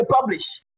publish